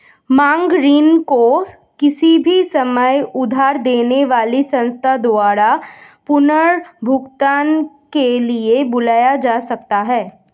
मांग ऋण को किसी भी समय उधार देने वाली संस्था द्वारा पुनर्भुगतान के लिए बुलाया जा सकता है